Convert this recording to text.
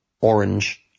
orange